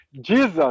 Jesus